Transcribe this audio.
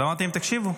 אמרתי להם, תקשיבו,